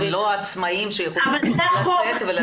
הם לא עצמאים שיכולים לצאת ולהרוויח.